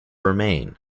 remain